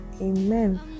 Amen